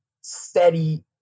steady